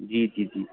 जी जी जी